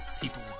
people